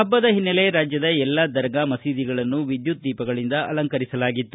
ಹಬ್ಬದ ಹಿನ್ನೆಲೆ ರಾಜ್ಯದ ಎಲ್ಲ ದರ್ಗಾ ಮಸೀದಿಗಳನ್ನು ವಿದ್ಯುತ್ ದೀಪಗಳಿಂದ ಅಲಂಕರಿಸಲಾಗಿತ್ತು